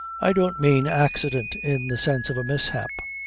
i don't mean accident in the sense of a mishap.